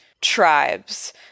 tribes